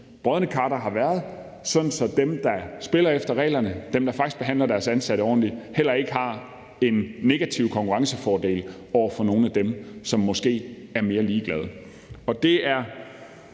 brodne kar, der har været, sådan at det for dem, der spiller efter reglerne, og dem, der faktisk behandler deres ansatte ordentligt, heller ikke indvirker negativt på konkurrencen i forhold til nogle af dem, som måske er mere ligeglade. Og det er